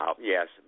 yes